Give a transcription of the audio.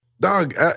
Dog